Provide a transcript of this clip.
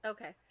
Okay